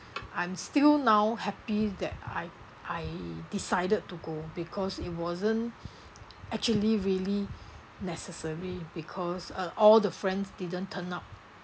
I'm still now happy that I I decided to go because it wasn't actually really necessary because uh all the friends didn't turn up